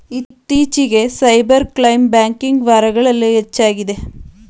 ಇತ್ತೀಚಿಗೆ cyber crime banking ವಾರಗಳಲ್ಲಿ ಹೆಚ್ಚಾಗಿದೆ